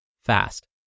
fast